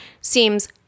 seems